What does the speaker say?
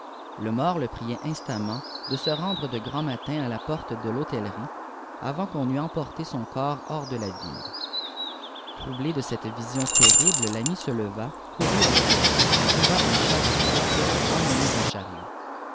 le mort le priait instamment dé se rendre de grand matin à la porte de l'hôtellerie avant qu'on eût emporté son corps hors de la ville troublé de cette vision terrible l'ami sie leva courut à rhôtéllerie trouva un charretier prêt à emmener un chariot